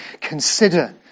consider